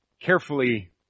carefully